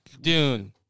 Dune